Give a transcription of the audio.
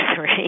three